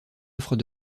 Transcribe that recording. offres